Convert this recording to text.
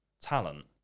talent